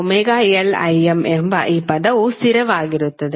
ωLIm ಎಂಬ ಈ ಪದವು ಸ್ಥಿರವಾಗಿರುತ್ತದೆ